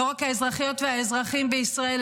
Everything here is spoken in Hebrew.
לא רק האזרחיות והאזרחים בישראל,